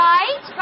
Right